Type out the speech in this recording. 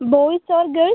boys or girls